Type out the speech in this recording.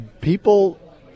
people